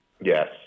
Yes